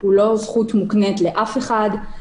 הוא לא זכות מוקנית לאף אחד,